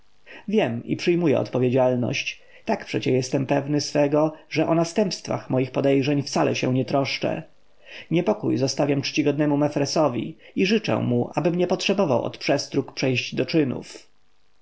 wiem i przyjmuję odpowiedzialność tak przecie jestem pewny swego że o następstwa moich podejrzeń wcale się nie troszczę niepokój zostawiam czcigodnemu mefresowi i życzę mu abym nie potrzebował od przestróg przejść do czynów